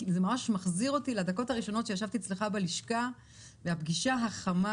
זה ממש מחזיר אותי לדקות הראשונות שישבתי אצלך בלשכה והגישה החמה,